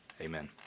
Amen